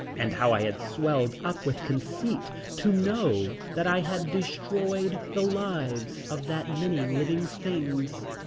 and how i had swelled up with conceit to know that i had destroyed the lives of that many living things.